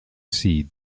seed